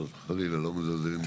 חס וחלילה, לא מזלזל.